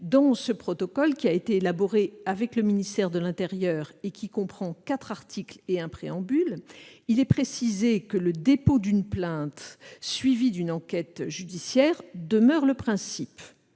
Ce protocole, qui a été élaboré avec le ministère de l'intérieur et qui comprend quatre articles et un préambule, précise que le dépôt d'une plainte, suivie d'une enquête judiciaire, demeure le principe,